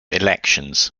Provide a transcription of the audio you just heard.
elections